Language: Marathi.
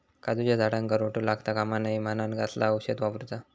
काजूच्या झाडांका रोटो लागता कमा नये म्हनान कसला औषध वापरूचा?